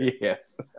Yes